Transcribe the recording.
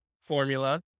formula